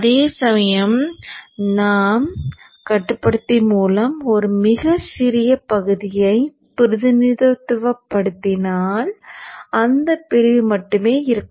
அதேசமயம் நாம் கட்டுப்படுத்தி மூலம் ஒரு மிகச் சிறிய பகுதியைப் பிரதிநிதித்துவப்படுத்தினால் அந்தப் பிரிவு மட்டுமே இருக்கும்